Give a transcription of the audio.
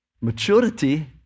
Maturity